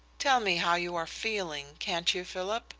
tell me how you are feeling, can't you, philip?